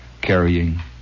carrying